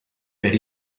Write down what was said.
per